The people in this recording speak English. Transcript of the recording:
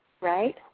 Right